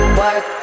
work